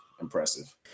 impressive